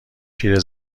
پیره